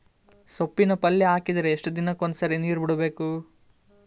ಸೊಪ್ಪಿನ ಪಲ್ಯ ಹಾಕಿದರ ಎಷ್ಟು ದಿನಕ್ಕ ಒಂದ್ಸರಿ ನೀರು ಬಿಡಬೇಕು?